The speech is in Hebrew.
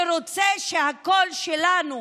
שרוצה שהקול שלנו